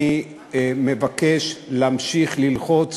אני מבקש להמשיך ללחוץ